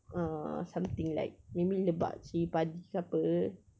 uh something like maybe lemak cili padi ke apa